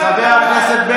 חמש פעמים,